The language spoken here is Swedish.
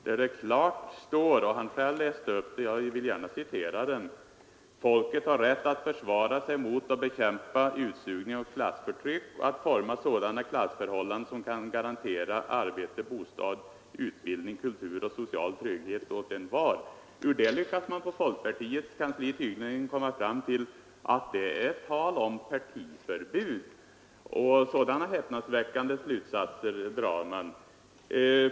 Herr Ahlmark läste visserligen upp paragrafen men jag vill gärna också citera den: ”Folket har rätt att försvara sig mot och bekämpa utsugning och klassförtryck och att forma sådana samhällsförhållanden, som kan garantera arbete, bostad, utbildning, kultur och social trygghet åt envar.” Ur detta lyckas folkpartiet komma fram till att det är tal om partiförbud. Sådana häpnadsväckande slutsatser drar man.